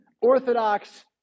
Orthodox